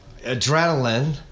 adrenaline